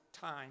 time